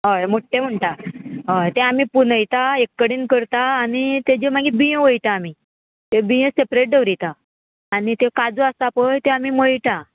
हय मुठ्ठें म्हणटा हय तें आमी पुनयता एक कडेन करता आनी तेज्यो मागीर बिंयो वयटा आमी त्यो बिंयो सेपरेट दवरिता आनी त्यो काजू आसा पय त्यो आमी मयटा